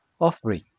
offering